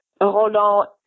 Roland